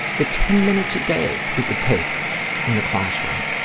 the ten minutes a day it would take in a classroom